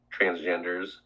transgenders